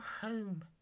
home